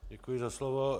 Děkuji za slovo.